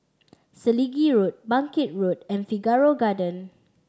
Selegie Road Bangkit Road and Figaro Garden